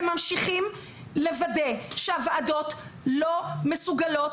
הם ממשיכים לוודא שהוועדות לא מסוגלות